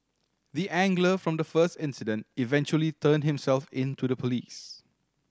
the angler from the first incident eventually turned himself in to the police